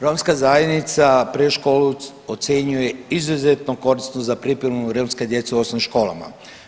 Romska zajednica predškolu ocenjuje izuzetno korisno za pripremu romske djece u osnovnim školama.